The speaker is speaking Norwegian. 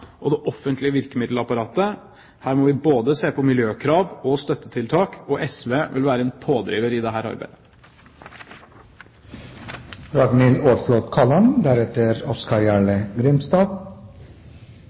og det offentlige virkemiddelapparatet. Her må vi både se på miljøkrav og på støttetiltak, og SV vil være en pådriver i